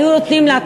היו נותנים לה,